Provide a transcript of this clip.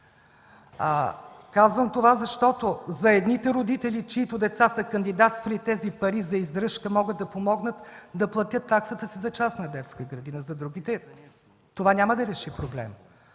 Казвам това, защото за едните родители, чиито деца са кандидатствали, тези пари за издръжка могат да помогнат да платят таксата си за частна детска градина, за другите това няма да реши проблема,